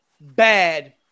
bad